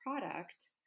product